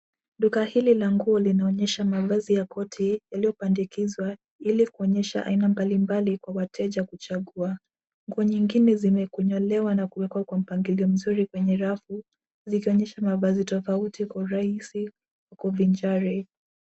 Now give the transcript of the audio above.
Duka hili la nguo linaonyesha mavazi ya koti yalilyopandikizwa ili kuonyesha aina mbalimbali kwa wateja kuchagua. Nguo zingine zimekunyolewa na kuwekwa kwa mpangilio mzuri kwenye rafu zikionyesha mavazi tofauti tofauti kwa urahisi na kuvinjari.